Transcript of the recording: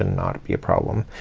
and not be a problem.